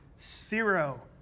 Zero